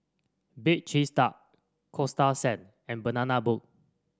Bake Cheese Tart Coasta Sand and Banana Boat